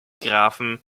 grafen